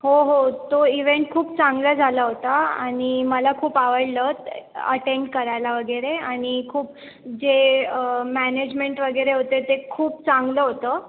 हो हो तो इव्हेंट खूप चांगला झाला होता आणि मला खूप आवडलं अटेंड करायला वगैरे आणि खूप जे मॅनेजमेंट वगैरे होते ते खूप चांगलं होतं